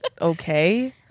Okay